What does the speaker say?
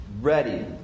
ready